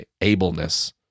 ableness